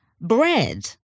Bread